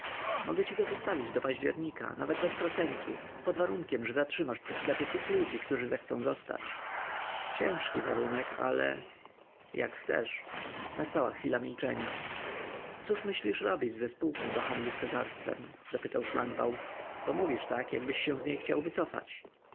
mogę ci go zostawić do października nawet bez procentu pod warunkiem że zatrzymasz przy sklepie tych ludzi którzy zechcą zostać ciężki warunek ale jak chcesz nastała chwila milczenia cóż myślisz robić ze spółką do handlu z cesarstwem zapytał szlangbaum bo mówisz tak jakbyś się z niej chciał wycofać